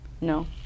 No